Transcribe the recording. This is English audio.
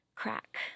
crack